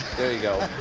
there you go.